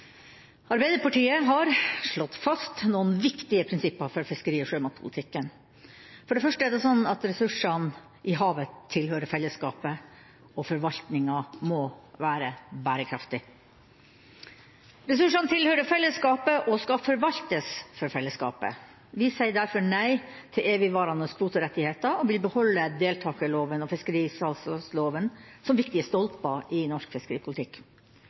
Arbeiderpartiet har slått fast noen viktige prinsipper for fiskeri- og sjømatpolitikken. For det første: Ressursene i havet tilhører fellesskapet, og forvaltninga må være bærekraftig. Ressursene tilhører fellesskapet og skal forvaltes for fellesskapet. Vi sier derfor nei til evigvarende kvoterettigheter og vil beholde deltakerloven og fiskesalgslagsloven som viktige stolper i norsk fiskeripolitikk.